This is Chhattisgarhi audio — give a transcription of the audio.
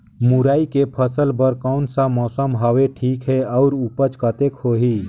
मुरई के फसल बर कोन सा मौसम हवे ठीक हे अउर ऊपज कतेक होही?